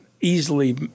easily